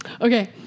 Okay